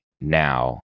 now